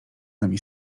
nami